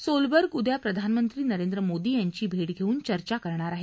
Solberg उद्या प्रधानमंत्री नरेंद्र मोदी यांची भेट घेऊन चर्चा करणार आहेत